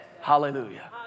Hallelujah